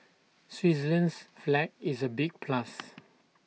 Switzerland's flag is A big plus